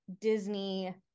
Disney